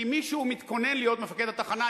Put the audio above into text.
כי מישהו מתכונן להיות מפקד התחנה,